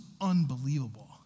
unbelievable